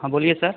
हाँ बोलिए सर